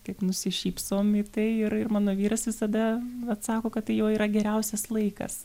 tik nusišypsom į tai ir ir mano vyras visada atsako kad tai jo yra geriausias laikas